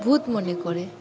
ভূত মনে করে